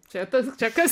čia tas čia kas